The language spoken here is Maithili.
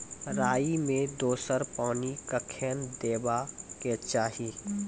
राई मे दोसर पानी कखेन देबा के चाहि?